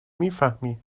میفهمی